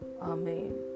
Amen